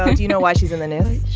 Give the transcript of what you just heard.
do you know why she's in the news?